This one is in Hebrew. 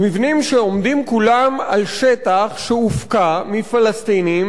מבנים שעומדים כולם על שטח שהופקע מפלסטינים